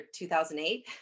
2008